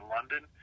London